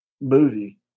movie